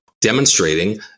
demonstrating